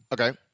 Okay